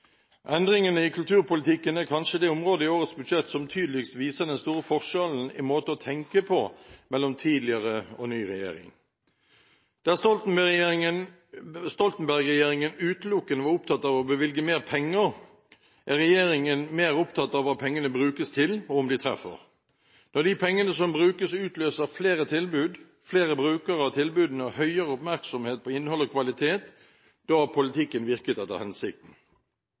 Endringene i kulturpolitikken er kanskje det området i årets budsjett som tydeligst viser den store forskjellen i måte å tenke på mellom tidligere og ny regjering. Der Stoltenberg-regjeringen utelukkende var opptatt av å bevilge mer penger, er regjeringen nå mer opptatt av hva pengene brukes til, og om de treffer. Når de pengene som brukes, utløser flere tilbud, flere brukere av tilbudene og høyere oppmerksomhet om innhold og kvalitet, da har politikken virket etter hensikten.